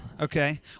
Okay